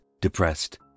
depressed